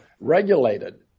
regulated